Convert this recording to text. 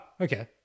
Okay